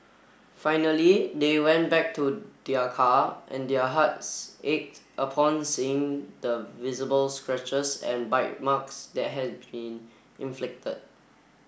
finally they went back to their car and their hearts ached upon seeing the visible scratches and bite marks that had been inflicted